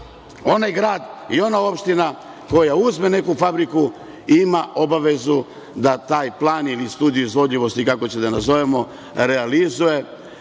onaj grad i ona opština koja uzme neku fabriku, ima obavezu da taj plan ili studiju izvodljivosti, kako ćete da je nazovemo, realizuje